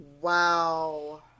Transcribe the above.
Wow